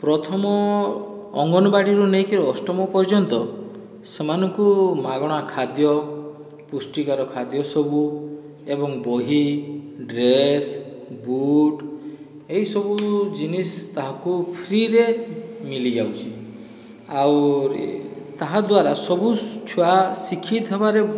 ପ୍ରଥମ ଅଙ୍ଗନବାଡ଼ିରୁ ନେଇକିରି ଅଷ୍ଟମ ପର୍ଯ୍ୟନ୍ତ ସେମାନଙ୍କୁ ମାଗଣା ଖାଦ୍ୟ ପୁଷ୍ଟିକର ଖାଦ୍ୟ ସବୁ ଏବଂ ବହି ଡ୍ରେସ ବୁଟ୍ ଏହିସବୁ ଜିନିଷ୍ ତାହାକୁ ଫ୍ରିରେ ମିଲିଯାଉଛି ଆଉର୍ ତାହାଦ୍ୱାରା ସବୁ ଛୁଆ ଶିକ୍ଷିତ ହେବାରେ